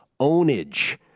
ownage